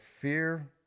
fear